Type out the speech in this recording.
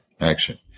action